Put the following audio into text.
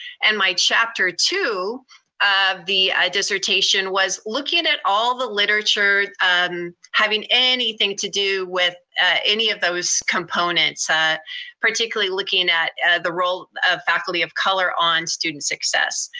and my chapter two of the dissertation was looking at all the literature having anything to do with any of those components. ah particularly looking at the role of faculty of color on student success.